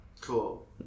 Cool